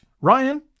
Ryan